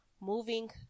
moving